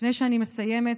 לפני שאני מסיימת,